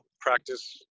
practice